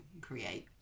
create